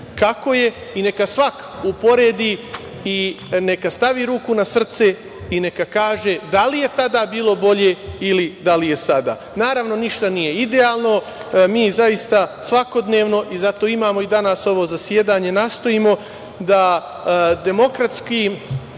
kako je. Neka svako uporedi i neka stavi ruku na srce i neka kaže da li je tada bilo bolje ili da li je sada? Naravno, ništa nije idealno. Mi zaista svakodnevno, i zato imamo danas ovo zasedanje, nastojimo da demokratski